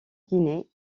guinée